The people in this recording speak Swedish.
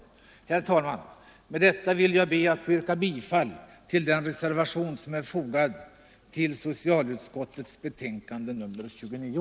Herr talman! Med detta ber jag att få yrka bifall till den reservation som är fogad till socialutskottets betänkande nr 29.